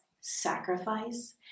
sacrifice